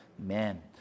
amen